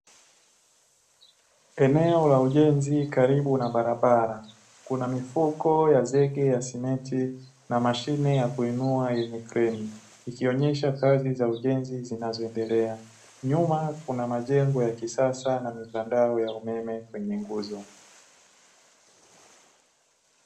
Eneo la ujenzi karibu na barabara kuna mifuko ya zege ya simenti na mashine ya kuinua yenye kreni ikionyesha kazi za ujenzi zinazo endelea, nyuma kuna majengo ya kisasa na mitandao ya umeme kwenye nguzo.